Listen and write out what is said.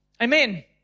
Amen